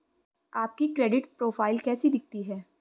आपकी credit profile कैसी दिखती है?